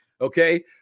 okay